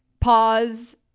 pause